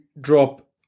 drop